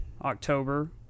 october